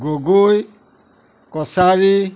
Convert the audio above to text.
Gogoi Kachari